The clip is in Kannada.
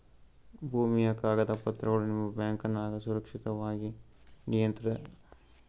ಭೂಮಿಯ ಕಾಗದ ಪತ್ರಗಳು ನಿಮ್ಮ ಬ್ಯಾಂಕನಾಗ ಸುರಕ್ಷಿತವಾಗಿ ಇರತಾವೇನ್ರಿ ನಾವು ನಿಮ್ಮನ್ನ ನಮ್ ಬಬಹುದೇನ್ರಿ?